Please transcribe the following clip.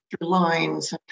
lines